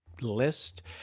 list